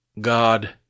God